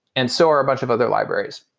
and so are a bunch of other libraries.